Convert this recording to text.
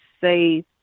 say